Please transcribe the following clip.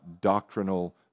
doctrinal